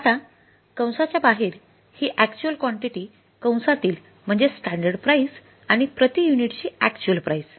आता कंसाच्या बाहेर ही अॅक्च्युअल कॉन्टिटी कंसातील म्हणजे स्टॅंडर्ड प्राईस आणि प्रति युनिटची अॅक्च्युअल प्राइस